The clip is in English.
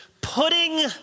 putting